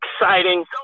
exciting